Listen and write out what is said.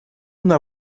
una